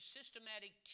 systematic